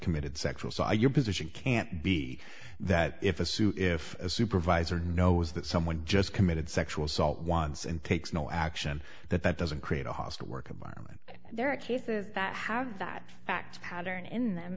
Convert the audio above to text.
committed sexual so your position can't be that if a suit if a supervisor knows that someone just committed sexual assault once and takes no action that that doesn't create a hostile work environment there are cases that have that fact pattern in